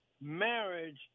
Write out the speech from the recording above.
marriage